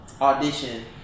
audition